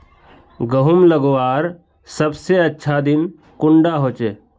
गहुम लगवार सबसे अच्छा दिन कुंडा होचे?